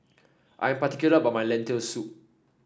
I am particular about my Lentil Soup